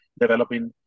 developing